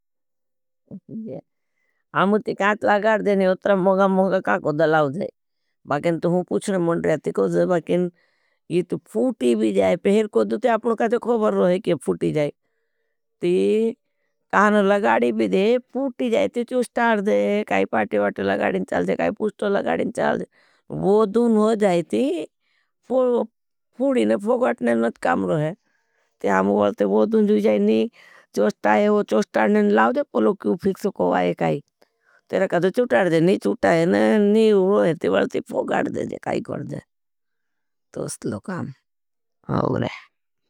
अमु ती खाट लगार देनी उतरा मंगा मंगा का कोड़ा लाउधे। बाकिन तो हुयो पुछड़े मुंडरे तिजड़ो है बाकिन। यी तो फुट्टे भी जाये पेहरीं को तो जो आपड़ो का देखो की फूटीं जायी। ते का ला न गाड़ी भी दे फुट्टी जायी ते स्टार भी दे काये पाटे वाटे लगाड़ींन जा पूछ तो लगाड़ींन जा। वो दु नाइजेती।